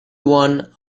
one